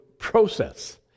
process